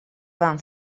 van